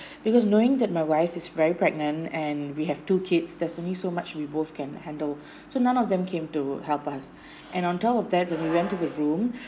because knowing that my wife is very pregnant and we have two kids there's only so much we both can handle so none of them came to help us and on top of that when we went to the room